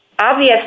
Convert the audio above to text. obvious